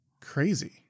Crazy